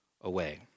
away